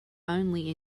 only